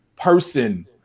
person